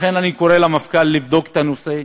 לכן, אני קורא למפכ"ל לבדוק את הנושא,